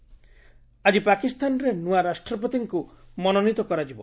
Pak election ଆଜି ପାକିସ୍ତାନରେ ନୂଆ ରାଷ୍ଟ୍ରପତିଙ୍କୁ ମନୋନୀତ କରାଯିବ